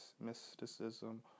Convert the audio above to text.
mysticism